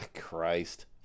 Christ